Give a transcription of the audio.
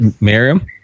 Miriam